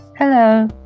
Hello